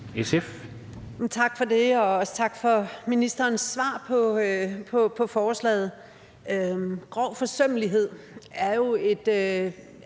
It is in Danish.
Tak for det, og også tak for ministerens svar til forslaget. Grov forsømmelighed er jo